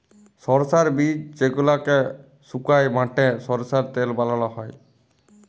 সরষার বীজ যেগলাকে সুকাই বাঁটে সরষার তেল বালাল হ্যয়